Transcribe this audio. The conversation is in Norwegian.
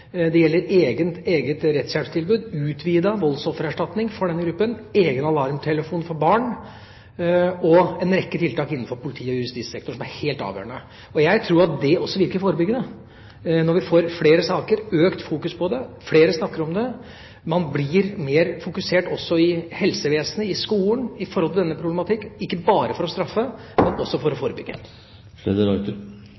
Det gjelder eget rettshjelpstilbud, utvidet voldsoffererstatning for denne gruppen, egen alarmtelefon for barn og en rekke tiltak innenfor politi- og justissektoren som er helt avgjørende. Jeg tror det også virker forebyggende når vi får flere saker, mer fokusering på det og flere snakker om det. Man blir mer fokusert også i helsevesenet og i skolen på denne problematikken, ikke bare for å straffe, men også for å